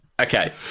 Okay